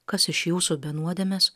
kas iš jūsų be nuodėmės